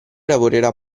lavorerà